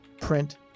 print